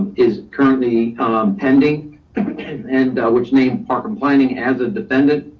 is currently pending and a witch named park and planning as a defendant.